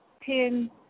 pin